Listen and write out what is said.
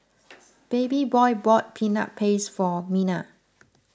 Babyboy bought Peanut Paste for Mina